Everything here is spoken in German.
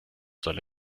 soll